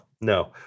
no